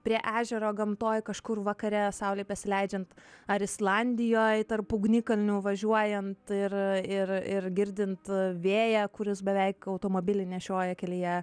prie ežero gamtoj kažkur vakare saulei besileidžiant ar islandijoj tarp ugnikalnių važiuojant ir ir ir girdint vėją kuris beveik automobilį nešioja kelyje